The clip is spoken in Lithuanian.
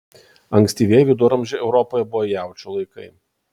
ankstyvieji viduramžiai europoje buvo jaučių laikai